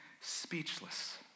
speechless